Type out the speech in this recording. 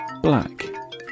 Black